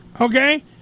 Okay